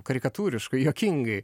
karikatūriškai juokingai